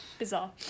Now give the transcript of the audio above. bizarre